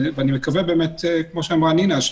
ואני מקווה באמת, כמו שאמרה נינא,